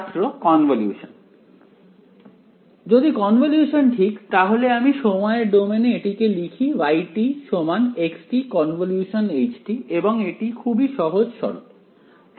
ছাত্র কনভলিউশন যদি কনভলিউশন ঠিক তাহলে আমি সময়ের ডোমেনে এটিকে লিখি y সমান x কনভলিউশন h এবং এটি খুবই সহজ সরল